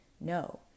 no